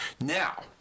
now